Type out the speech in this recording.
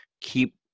keep